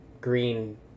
green